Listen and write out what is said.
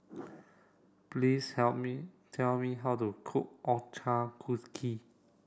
please help me tell me how to cook Ochazuke